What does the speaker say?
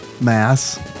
mass